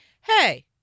hey